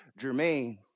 Jermaine